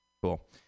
Cool